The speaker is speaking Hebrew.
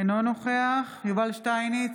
אינו נוכח יובל שטייניץ,